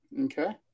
Okay